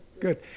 good